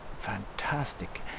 fantastic